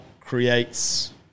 creates